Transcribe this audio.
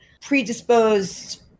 predisposed